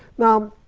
now,